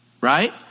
Right